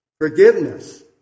forgiveness